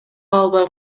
албай